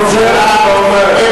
אני חוזר ואומר.